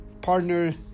partner